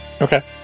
Okay